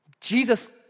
Jesus